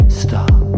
stop